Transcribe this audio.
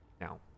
Now